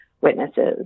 witnesses